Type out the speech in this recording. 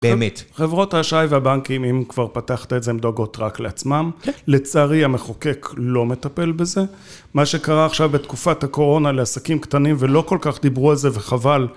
באמת, חברות האשראי והבנקים אם כבר פתחת את זה הם דואגות רק לעצמם, לצערי המחוקק לא מטפל בזה. מה שקרה עכשיו בתקופת הקורונה לעסקים קטנים ולא כל כך דיברו על זה וחבל.